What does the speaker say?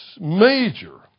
major